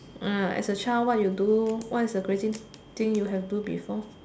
uh as a child what you do what is the crazy thing you do before